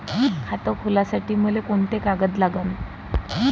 खात खोलासाठी मले कोंते कागद लागन?